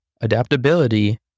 adaptability